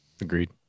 Agreed